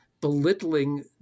belittling